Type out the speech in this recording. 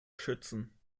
schützen